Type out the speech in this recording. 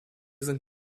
sind